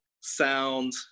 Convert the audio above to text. sound